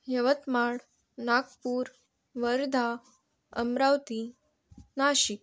Yavatmal Nagpur Wardha Amravati Nashik